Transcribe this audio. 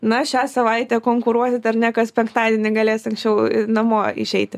na šią savaitę konkuruosit ar ne kas penktadienį galės anksčiau namo išeiti